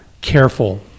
careful